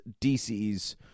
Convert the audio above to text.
DC's